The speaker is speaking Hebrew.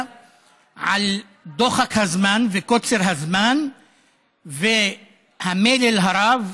על דוחק הזמן וקוצר הזמן והמלל הרב,